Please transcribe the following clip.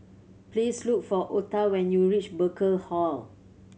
please look for Otha when you reach Burkill Hall